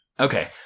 Okay